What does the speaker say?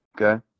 Okay